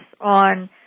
on